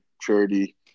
charity